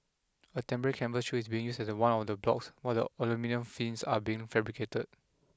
a temporary canvas shield is being used at one of the blocks while the while the aluminium fins are being fabricated